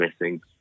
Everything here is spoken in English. missing